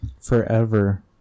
Forever